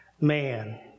man